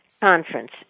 conference